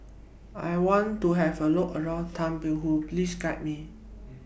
I want to Have A Look around Thimphu Please Guide Me